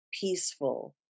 peaceful